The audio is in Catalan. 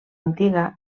antiga